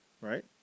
right